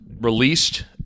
released